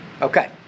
Okay